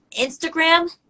Instagram